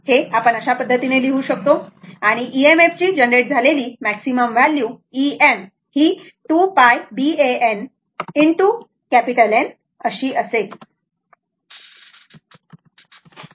तर हे आपण अशा पद्धतीने लिहू शकतो EMF ची जनरेट झालेली maximum value Em 2 π B a n ✕ N हे असेल बरोबर